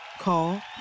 Call